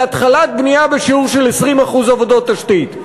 של התחלת בנייה בשיעור 20% עבודות תשתית.